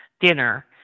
dinner